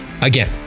again